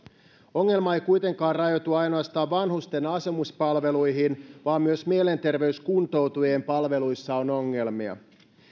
ongelma ei kuitenkaan rajoitu ainoastaan vanhusten asumispalveluihin vaan myös mielenterveyskuntoutujien palveluissa on ongelmia